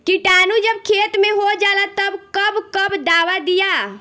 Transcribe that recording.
किटानु जब खेत मे होजाला तब कब कब दावा दिया?